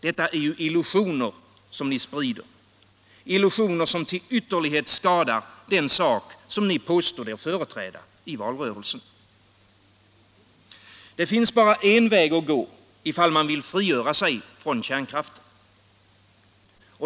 Det är ju illusioner ni sprider, illusioner som till ytterlighet skadar den sak ni i valrörelsen påstod er företräda. Det finns bara en väg att gå, om man vill frigöra sig från kärnkraften.